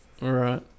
Right